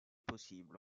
possible